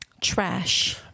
Trash